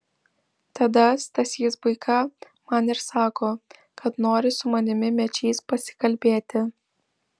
tada stasys buika man ir sako kad nori su manimi mečys pasikalbėti